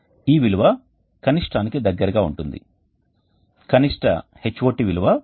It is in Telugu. ఈ విలువ కనిష్టానికి దగ్గరగా ఉంటుంది కనిష్ట Hot విలువ 9